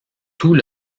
tout